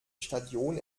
stadion